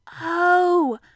Oh